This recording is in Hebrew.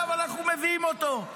עכשיו אנחנו מביאים אותו,